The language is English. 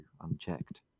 unchecked